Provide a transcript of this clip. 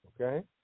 Okay